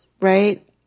right